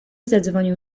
zadzwonił